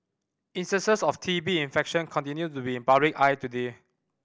instances of T B infection continue to be in public eye today